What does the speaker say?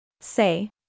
Say